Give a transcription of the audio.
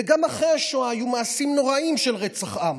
וגם אחרי השואה היו מעשים נוראיים של רצח עם,